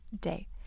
day